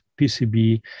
PCB